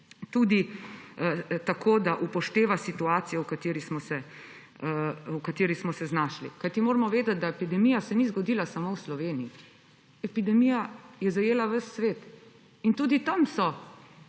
tako, da upošteva situacijo, v kateri smo se znašli. Kajti moramo vedeti, da se epidemija ni zgodila samo v Sloveniji. Epidemija je zajela ves svet in tudi tam so